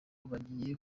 bagiye